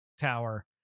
Tower